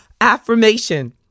affirmation